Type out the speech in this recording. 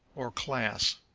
or class.